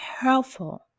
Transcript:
careful